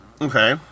Okay